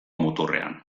muturrean